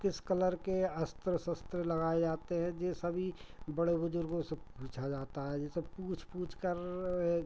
किस कलर के अस्त्र शस्त्र लगाए जाते हैं यह सभी बड़े बुज़ुर्गों से पूछा जाता है यह सब पूछ पूछकर वे